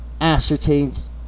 ascertains